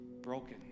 broken